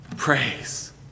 Praise